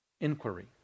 inquiry